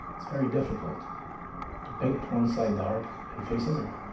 it's very difficult to paint one side dark and face a mirror.